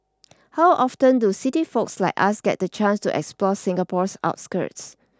how often do city folks like us get the chance to explore Singapore's outskirts